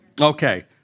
Okay